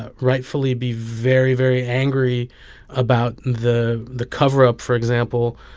ah rightfully, be very, very angry about the the cover-up, for example,